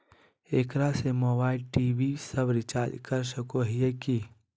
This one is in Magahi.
एकरा से मोबाइल टी.वी सब रिचार्ज कर सको हियै की?